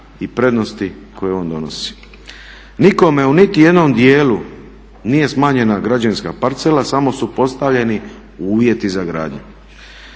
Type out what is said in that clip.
i prednosti koje on donosi. Nikome u niti jednom dijelu nije smanjena građevinska parcela samo su postavljeni uvjeti za gradnju.